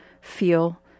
feel